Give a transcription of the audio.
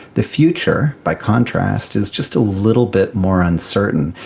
the future, by contrast, is just a little bit more uncertain.